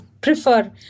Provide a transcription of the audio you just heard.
prefer